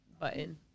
button